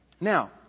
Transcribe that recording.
Now